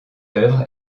œuvre